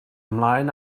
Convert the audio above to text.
ymlaen